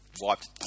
Wiped